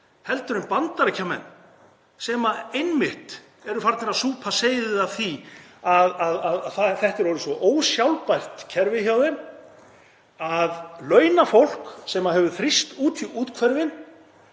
heldur en Bandaríkjamenn sem eru einmitt farnir að súpa seyðið af því að þetta er orðið svo ósjálfbært kerfi hjá þeim að launafólki sem hefur verið þrýst út í úthverfin